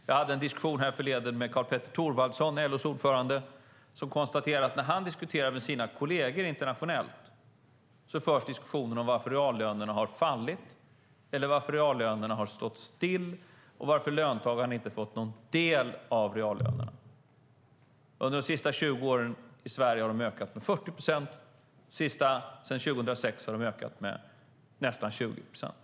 Jag hade en diskussion härförleden med LO:s ordförande Karl-Petter Thorwaldsson, som konstaterade att när han diskuterar med sina kolleger internationellt förs diskussionen om varför reallönerna har fallit eller stått still och varför löntagarna inte har fått någon del av dem. Under de senaste 20 åren har de ökat med 40 procent i Sverige, och sedan 2006 har de ökat med nästan 20 procent.